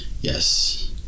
Yes